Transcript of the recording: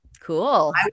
Cool